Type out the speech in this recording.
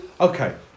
okay